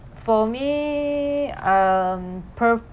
for me um